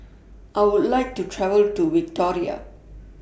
I Would like to travel to Victoria